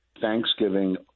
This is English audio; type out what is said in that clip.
Thanksgiving